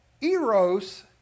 eros